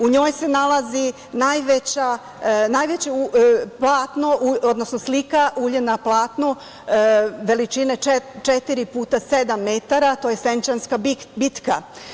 U njoj se nalazi najveća slika, ulje na platnu, veličine 4 puta 7 metara, to je Senčanska bitka.